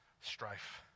strife